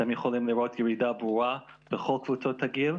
אתם יכולים לראות ירידה ברורה בכל קבוצות הגיל,